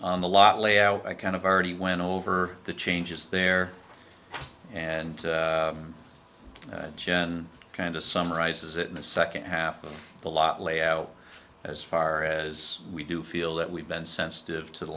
on the lot layout i kind of already went over the changes there and then kind of summarizes it in the second half of the lot layout as far as we do feel that we've been sensitive t